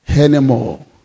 anymore